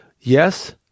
Yes